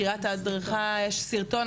על קריית ההדרכה יש סרטון.